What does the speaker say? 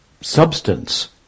substance